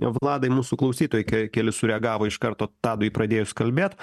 vladai mūsų klausytojai ke keli sureagavo iš karto tadui pradėjus kalbėt